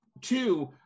two